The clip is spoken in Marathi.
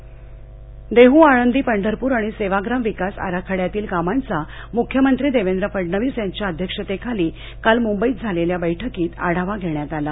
विकास आराखडाः देह आळंदी पंढरपूर आणि सेवाग्राम विकास आराखड्यातील कामांचा मुख्यमंत्री देवेंद्र फडणवीस यांच्या अध्यक्षतेखाली काल मुंबईत झालेल्या बैठकीत आढावा घेण्यात आला